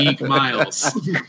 Miles